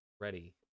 Ready